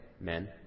men